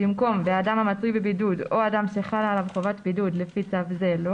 במקום "ואדם המצוי בבידוד או אדם שחלה עליו חובת בידוד לפי צו זה לא"